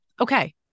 Okay